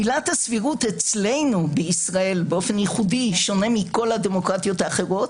עילת הסבירות אצלנו בישראל באופן ייחודי שונה מכל הדמוקרטיות האחרות,